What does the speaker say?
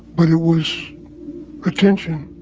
but it was attention.